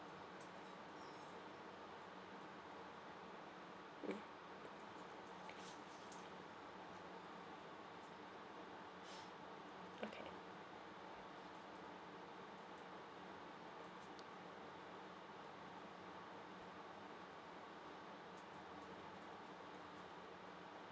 mm okay